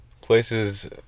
Places